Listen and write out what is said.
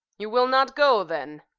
you will not go, then?